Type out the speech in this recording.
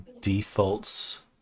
defaults